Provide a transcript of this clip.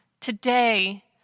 Today